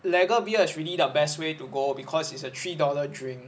lagar beer is really the best way to go because it's a three dollar drink